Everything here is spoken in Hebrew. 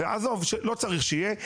עזוב לא צריך שיהיה.